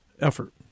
effort